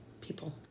people